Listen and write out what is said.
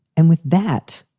and with that,